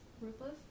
Ruthless